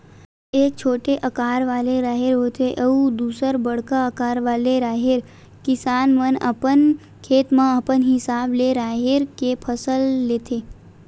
एक छोटे अकार वाले राहेर होथे अउ दूसर बड़का अकार वाले राहेर, किसान मन अपन खेत म अपन हिसाब ले राहेर के फसल लेथे